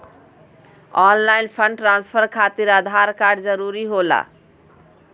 Online fund transfer खातिर Aadhaar card जरूरी होला?